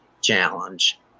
challenge